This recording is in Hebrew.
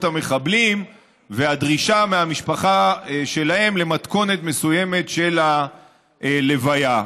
המחבלים והדרישה מהמשפחה שלהם למתכונת מסוימת של הלוויה.